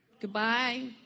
goodbye